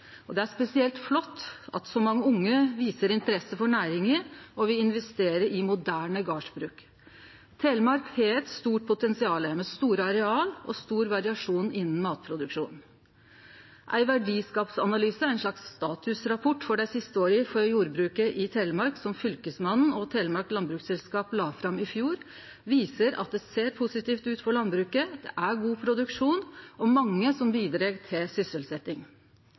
landbruket. Det er spesielt flott at så mange unge viser interesse for næringa og vil investere i moderne gardsbruk. Telemark har eit stort potensial, med store areal og stor variasjon innan matproduksjon. Ei verdiskapingsanalyse – ein slags statusrapport for jordbruket i Telemark dei siste åra – som Fylkesmannen og Telemark Landbruksselskap la fram i fjor, viser at det ser positivt ut for landbruket. Det er god produksjon og mange som bidreg til